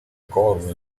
corno